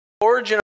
origin